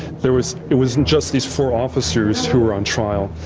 there was it wasn't just these four officers who were on trial.